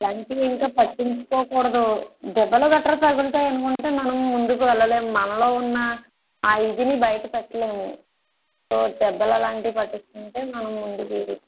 ఇలాంటివింకా పట్టించుకోకూడదు దెబ్బలు గట్రా తగులుతాయనుకుంటే మనం ముందుకు వెళ్ళలేం మనలో ఉన్న ఆ ఇదిని బయటపెట్టలేము సో దెబ్బలలాంటివి పట్టించుకుంటే మనం ముందుకి